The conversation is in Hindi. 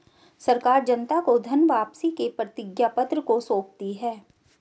सरकार जनता को धन वापसी के प्रतिज्ञापत्र को सौंपती है